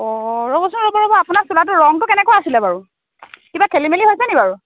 অঁ ৰ'বচোন ৰ'ব ৰ'ব আপোনাৰ চোলাটো ৰংটো কেনেকুৱা আছিলে বাৰু কিবা খেলি মেলি হৈছে নি বাৰু